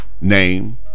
name